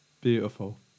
beautiful